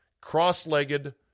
cross-legged